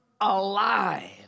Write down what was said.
alive